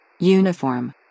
Uniform